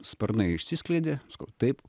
sparnai išsiskleidė taip